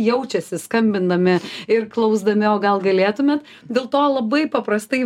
jaučiasi skambindami ir klausdami o gal galėtume dėl to labai paprastai